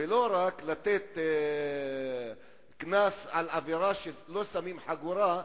ולא רק לתת קנס על עבירה שלא שמים חגורה.